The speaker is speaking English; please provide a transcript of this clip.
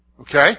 Okay